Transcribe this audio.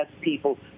people